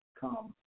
come